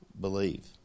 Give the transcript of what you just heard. believe